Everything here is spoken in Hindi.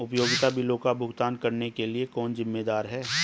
उपयोगिता बिलों का भुगतान करने के लिए कौन जिम्मेदार है?